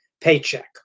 paycheck